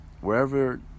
Wherever